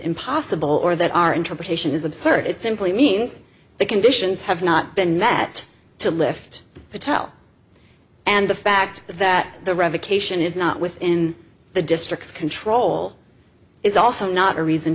impossible or that our interpretation is absurd it simply means the conditions have not been met to lift patel and the fact that the revocation is not within the district's control is also not a reason